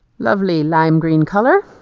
lovely lime green color